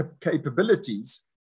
capabilities